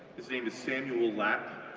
his name is samuel lapp,